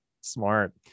Smart